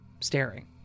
staring